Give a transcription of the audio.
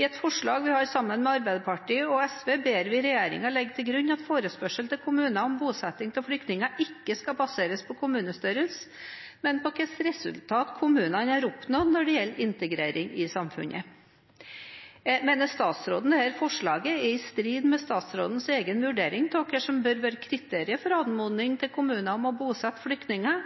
I et forslag vi har sammen med Arbeiderpartiet og SV, ber vi regjeringen legge til grunn en forespørsel til kommunene om at bosetting av flyktninger ikke skal baseres på kommunestørrelse, men på hva slags resultat kommunene har oppnådd når det gjelder integrering i samfunnet. Mener statsråden at dette forslaget er i strid med statsrådens egen vurdering av hva som bør være kriteriet for anmodning til kommunene om å bosette flyktninger,